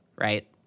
right